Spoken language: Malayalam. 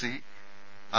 C R